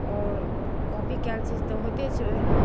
copy कयल चीज़ तऽ होइते छै ओहिना